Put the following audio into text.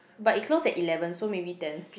but it close at eleven so maybe ten